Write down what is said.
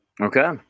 okay